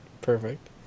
Perfect